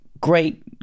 great